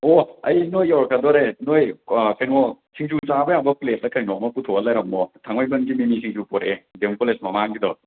ꯑꯣ ꯑꯩ ꯅꯣꯏ ꯌꯧꯔꯛꯀꯗꯧꯔꯦ ꯅꯣꯏ ꯀꯩꯅꯣ ꯁꯤꯡꯖꯨ ꯆꯥꯕ ꯌꯥꯕ ꯄ꯭ꯂꯦꯠꯂ ꯀꯩꯅꯣꯃ ꯄꯨꯊꯣꯛꯑꯒ ꯂꯩꯔꯝꯃꯣ ꯊꯥꯡꯃꯩꯕꯟꯒꯤ ꯃꯤꯃꯤ ꯁꯤꯡꯖꯨ ꯄꯨꯔꯛꯑꯦ ꯗꯤ ꯑꯦꯝ ꯀꯣꯂꯦꯁ ꯃꯃꯥꯡꯒꯤꯗꯣ